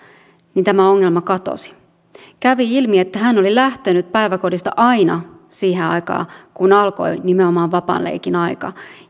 niin tämä ongelma katosi kävi ilmi että hän oli lähtenyt päiväkodista aina siihen aikaan kun alkoi nimenomaan vapaan leikin aika